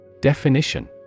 Definition